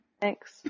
Thanks